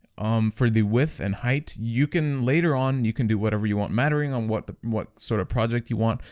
um for the width and height, you can later on you can do whatever you want mattering on what what sort of project you want.